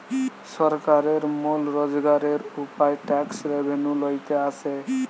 সরকারের মূল রোজগারের উপায় ট্যাক্স রেভেন্যু লইতে আসে